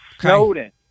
Snowden